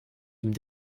ihm